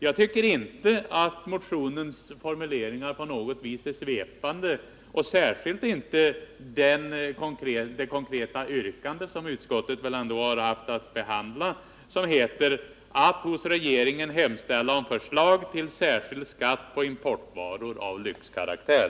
Jag tycker inte att motionens formuleringar på något vis är svepande, särskilt inte när det gäller det konkreta yrkande som utskottet har haft att behandla. Det lyder: ”att hos regeringen hemställa om förslag till särskild skatt på importvaror av lyxkaraktär.”